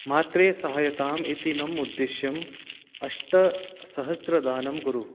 मात्रे सहायताम् इति मम उद्दिश्यं अष्टसहस्रदानं कुरु